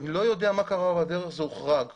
אני לא יודע מה קרה בדרך, זה הוחרג.